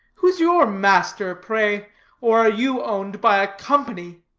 who is your master, pray or are you owned by a company?